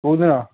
କେଉଁ ଦିନ